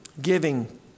giving